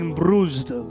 bruised